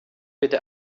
bitte